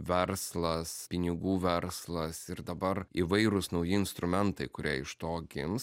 verslas pinigų verslas ir dabar įvairūs nauji instrumentai kurie iš to gims